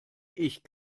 ich